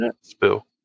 Spill